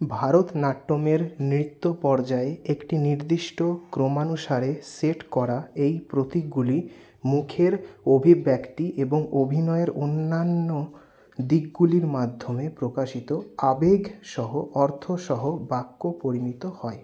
ভারতনাট্যমের নৃত্য পর্যায়ে একটি নির্দিষ্ট ক্রমানুসারে সেট করা এই প্রতীকগুলি মুখের অভিব্যক্তি এবং অভিনয়ের অন্যান্য দিকগুলির মাধ্যমে প্রকাশিত আবেগসহ অর্থসহ বাক্য পরিমিত হয়